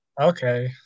Okay